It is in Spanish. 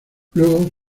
luego